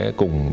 cùng